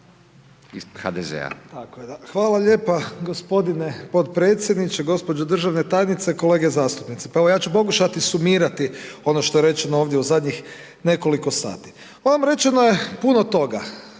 je. Hvala lijepa gospodine potpredsjedniče. Gospođo državna tajnice, kolege zastupnici. Pa evo, ja ću pokušati sumirati ono što je rečeno ovdje u zadnjih nekoliko sati. Rečeno je puno toga.